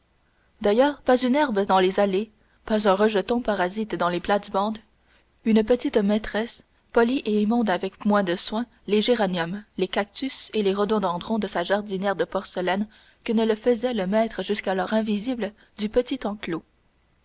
d'ailleurs pas une herbe dans les allées pas un rejeton parasite dans les plates-bandes une petite-maîtresse polit et émonde avec moins de soin les géraniums les cactus et les rhododendrons de sa jardinière de porcelaine que ne le faisait le maître jusqu'alors invisible du petit enclos